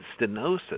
stenosis